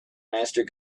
master